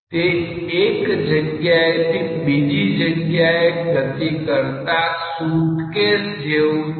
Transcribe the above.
તે એક જગ્યાએથી બીજી જગ્યાએ ગતિ કરતાં સુટકેસ જેવું છે